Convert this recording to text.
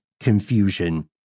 confusion